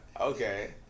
okay